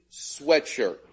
sweatshirt